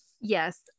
yes